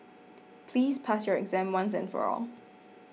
please pass your exam once and for all